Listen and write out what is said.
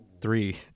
Three